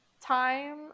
time